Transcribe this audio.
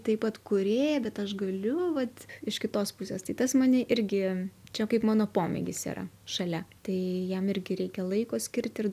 taip pat kūrėja bet aš galiu vat iš kitos pusės tai tas mane irgi čia kaip mano pomėgis yra šalia tai jam irgi reikia laiko skirt ir